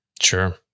Sure